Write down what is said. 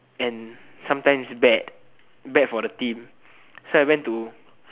and sometimes bad bad for the team so I went to